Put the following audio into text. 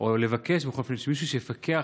או לבקש בכל אופן שמישהו יפקח.